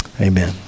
amen